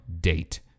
date